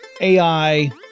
AI